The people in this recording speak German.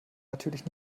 natürlich